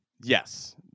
Yes